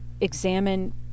examine